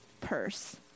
purse